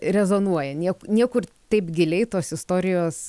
rezonuoja nie niekur taip giliai tos istorijos